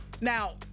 Now